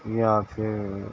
یا پھر